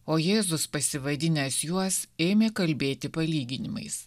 o jėzus pasivadinęs juos ėmė kalbėti palyginimais